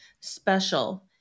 special